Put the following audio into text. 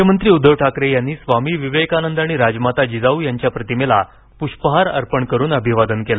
मुख्यमंत्रीउद्दव ठाकरे यांनीस्वामी विवेकानंद आणि राजमाता जिजाऊ यांच्याप्रतिमेला पृष्पहार अर्पण करून अभिवादन केलं